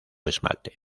esmalte